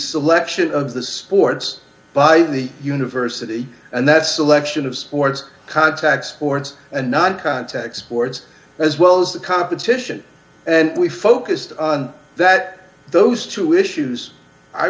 selection of the sports by the university and that selection of sports contact sports and not contact sports as well as the competition and we focused on that those two issues i